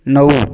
नऊ